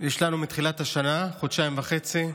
מתחילת השנה, חודשיים וחצי,